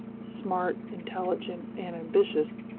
smart, intelligent, and ambitious,